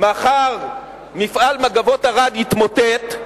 מחר מפעל "מגבות ערד" יתמוטט,